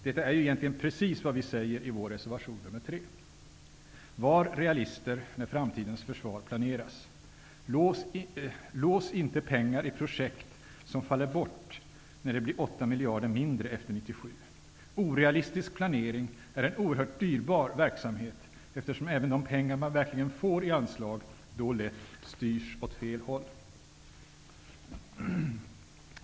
Detta är ju egentligen precis vad vi säger i vår reservation 3: Var realister när framtidens försvar planeras! Lås inte pengar i projekt som faller bort, när det blir 8 miljarder mindre efter 1997! Orealistisk planering är en oerhört dyrbar verksamhet, eftersom även de pengar man verkligen får i anslag då lätt styrs åt fel håll.